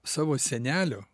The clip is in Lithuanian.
savo senelio